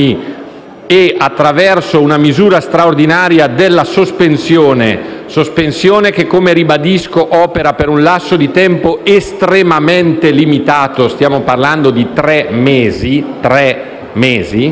e, attraverso la misura straordinaria della sospensione, che, come ribadisco, opera per un lasso di tempo estremamente limitato - stiamo parlando di tre mesi - fronteggia